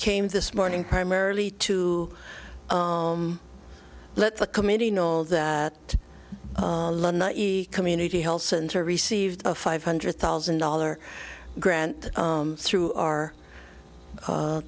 came this morning primarily to let the committee know that the community health center received a five hundred thousand dollar grant through our